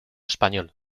español